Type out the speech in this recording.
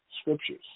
scriptures